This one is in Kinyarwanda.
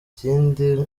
ikindi